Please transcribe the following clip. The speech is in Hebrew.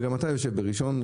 וגם אתה יושב בראשון.